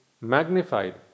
magnified